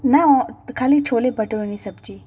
ના ઓ ખાલી છોલે ભટૂરેની સબ્જી